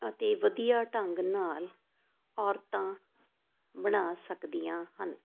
ਅਤੇ ਵਧੀਆ ਢੰਗ ਨਾਲ ਔਰਤਾਂ ਬਣਾ ਸਕਦੀਆਂ ਹਨ